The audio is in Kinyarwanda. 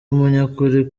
umunyakuri